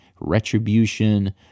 retribution